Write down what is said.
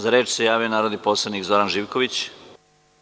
Za reč se javio narodni poslanik Zoran Živković.